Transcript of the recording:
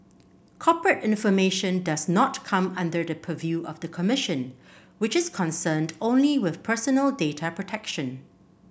corporate information does not come under the purview of the commission which is concerned only with personal data protection